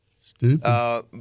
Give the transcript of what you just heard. Stupid